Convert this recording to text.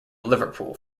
liverpool